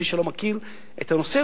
ומי שלא מכיר את הנושא,